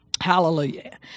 hallelujah